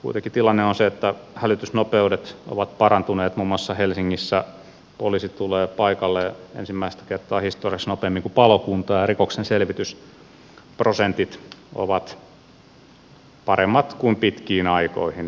kuitenkin tilanne on se että hälytysnopeudet ovat parantuneet muun muassa helsingissä poliisit tulevat paikalle ensimmäistä kertaa historiassa nopeammin kuin palokunta ja rikoksenselvitysprosentit ovat paremmat kuin pitkiin aikoihin